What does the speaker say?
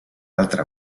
altra